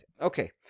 Okay